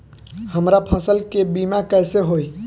हमरा फसल के बीमा कैसे होई?